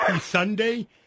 Sunday